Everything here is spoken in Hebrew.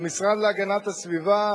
המשרד להגנת הסביבה,